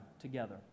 together